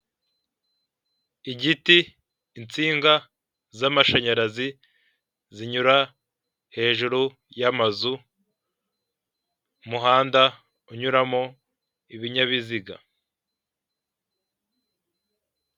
Umuhanda mwiza wa kaburimbo wubatswe mu buryo bugezweho ndetse kugenderwamo n'ibinyabiziga byinshi, harimo ama moto ndetse n'amagare ahetse abagenzi. Uyu muhanda ukaba ukikijwe n'ibiti byinshi kandi byiza ndetse inyuma y'aho hakaba haparitswe n'ibindi binyabiziga binini harimo nk'amakamyo y'umweru.